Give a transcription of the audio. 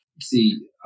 See